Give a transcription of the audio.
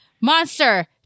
Monster